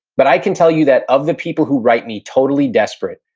but i can tell you that, of the people who write me totally desperate,